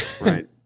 Right